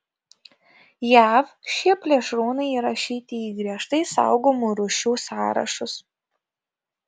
jav šie plėšrūnai įrašyti į griežtai saugomų rūšių sąrašus